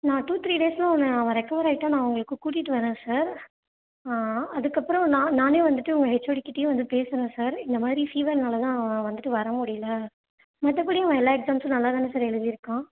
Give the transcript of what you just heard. நான் two three டேஸும் நான் அவன் ரெக்கவர் ஆகிட்டா நான் உங்களுக்கு கூட்டிகிட்டு வரேன் சார் அதுக்கப்புறம் நான் நானே வந்துவிட்டு உங்கள் ஹச்சோடிக்கிட்டேயும் வந்து பேசுகிறேன் சார் இந்த மாதிரி ஃபீவர்னால் தான் அவன் வந்துவிட்டு வர முடியல மற்றபடி அவன் எல்லா எக்ஸாம்ஸும் நல்லாதானே சார் எழுதியிருக்கான்